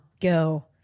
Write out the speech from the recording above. go